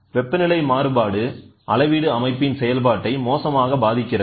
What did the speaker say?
வெப்பநிலை மாறுபாடு அளவீடு அமைப்பின் செயல்பாட்டை மோசமாக பாதிக்கிறது